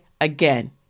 again